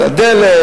הדלק,